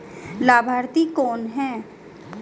लाभार्थी कौन है?